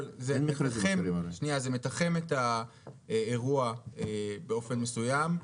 אבל זה מתחם את האירוע באופן מסוים.